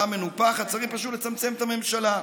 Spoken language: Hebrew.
מנופחת צריכים פשוט לצמצם את הממשלה.